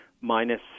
minus